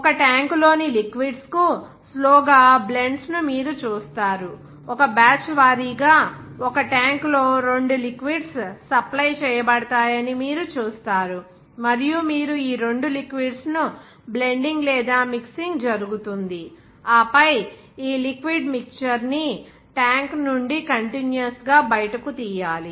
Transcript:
ఒక ట్యాంక్లోని లిక్విడ్స్ కు స్లో గా బ్లెండ్స్ను మీరు చూస్తారు ఒక బ్యాచ్ వారీగా ఒక ట్యాంక్లో రెండు లిక్విడ్స్ సప్లై చేయబడతాయని మీరు చూస్తారు మరియు మీరు ఈ రెండు లిక్విడ్స్ ను బ్లెండింగ్ లేదా మిక్సింగ్ జరుగుతుంది ఆపై ఈ లిక్విడ్ మిక్చర్ ని ట్యాంక్ నుండి కంటిన్యూయస్ గా బయటకు తీయాలి